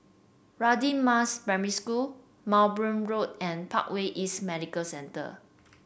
Radin Mas Primary School Mowbray Road and Parkway East Medical Center